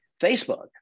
Facebook